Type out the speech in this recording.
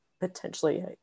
potentially